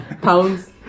Pounds